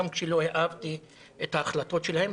גם כשלא אהבתי את ההחלטות שלהם,